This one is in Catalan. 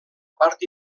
part